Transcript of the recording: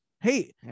hey